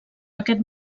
aquest